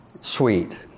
Sweet